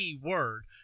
word